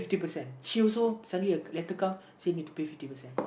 fifty percent he also suddenly later come say need to pay fifty percent